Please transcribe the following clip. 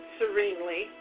serenely